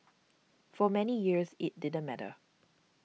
for many years it didn't matter